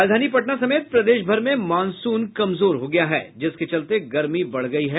राजधानी पटना समेत प्रदेश भर में मॉनसून कमजोर हो गया है जिसके चलते गर्मी बढ़ गयी है